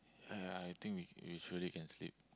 ya ya I think we we truly can sleep